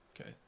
Okay